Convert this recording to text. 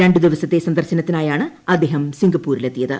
രണ്ടു ദിവസത്തെ സന്ദർശനത്തിനായാണ് അദ്ദേഹം സിംഗപ്പൂരിലെത്തിയത്